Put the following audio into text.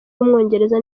w’umwongereza